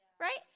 right